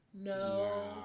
No